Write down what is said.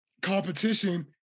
competition